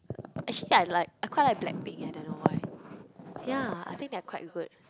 actually I like I quite like Black Pink I don't know why ya I think they're quite good